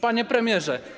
Panie Premierze!